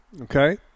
Okay